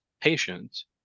patients